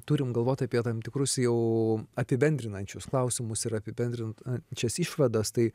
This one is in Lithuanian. turim galvot apie tam tikrus jau apibendrinančius klausimus ir apibendrint šias išvadas tai